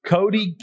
Cody